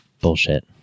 bullshit